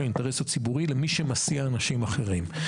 האינטרס הציבורי למי שמסיע אנשים אחרים.